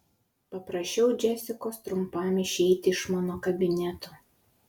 paprašiau džesikos trumpam išeiti iš mano kabineto